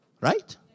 Right